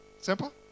Simple